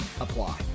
apply